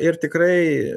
ir tikrai